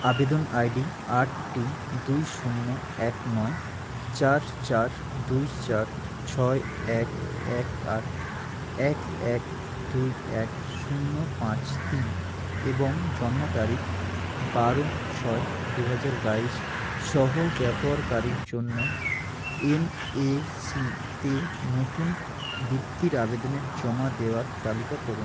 আবেদন ID R T E শূন্য এক নয় চার চার দুই চার ছয় এক এক আট এক এক দুই এক শূন্য পাঁচ তিন এবং জন্ম তারিখ বারো ছয় দু হাজার বাইশ সহ ব্যবহারকারীর জন্য এনএসিতে নতুন বৃত্তির আবেদনের জমা দেওয়ার তালিকা করুন